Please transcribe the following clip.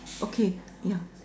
okay yeah